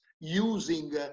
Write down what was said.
using